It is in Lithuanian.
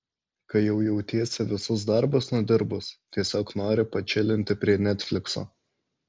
kai jau jautiesi visus darbus nudirbus tiesiog nori pačilinti prie netflikso